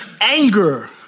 anger